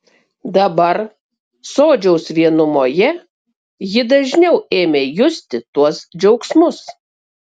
dabar sodžiaus vienumoje ji dažniau ėmė justi tuos džiaugsmus